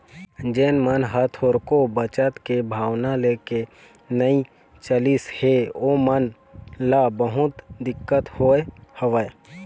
जेन मन ह थोरको बचत के भावना लेके नइ चलिस हे ओमन ल बहुत दिक्कत होय हवय